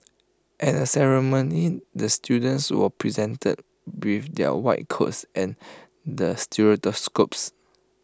at the ceremony the students were presented with their white coats and